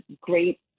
great